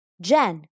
Jen